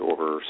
over